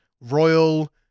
royal